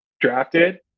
drafted